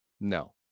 No